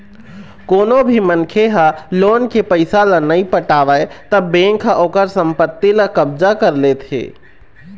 कोनो भी मनखे ह लोन के पइसा ल नइ पटावय त बेंक ह ओखर संपत्ति ल कब्जा कर लेथे